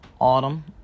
autumn